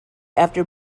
after